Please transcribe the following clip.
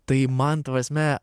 tai man ta prasme